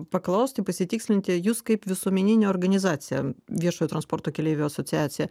paklausti pasitikslinti jūs kaip visuomeninė organizacija viešojo transporto keleivių asociacija